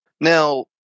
Now